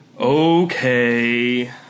Okay